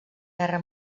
guerra